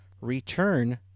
return